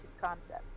concept